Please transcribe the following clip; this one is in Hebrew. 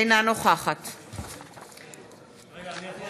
אינה נוכחת רגע, אני יכול